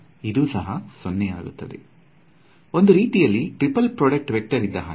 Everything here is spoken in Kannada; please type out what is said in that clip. ಇದು ಒಂದು ರೀತಿಯಲ್ಲಿ ಟ್ರಿಪಲ್ ಪ್ರೊಡ್ಯೂಕ್ಟ್ ವೇಕ್ಟರ್ ಇದ್ದ ಹಾಗೆ